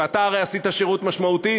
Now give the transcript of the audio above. ואתה הרי עשית שירות משמעותי,